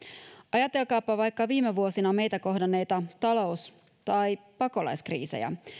ajatelkaapa vaikka viime vuosina meitä kohdanneita talous tai pakolaiskriisejä